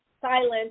silence